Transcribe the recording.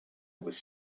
was